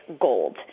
Gold